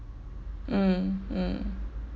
mm mm